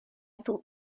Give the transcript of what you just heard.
thought